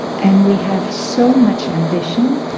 and we have so much ambition,